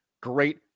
great